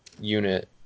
unit